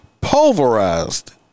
pulverized